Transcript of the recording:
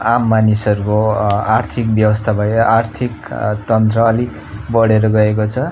आम मानिसहरूको आर्थिक व्यवस्था भयो आर्थिक तन्त्र अलिक बडेर गएको छ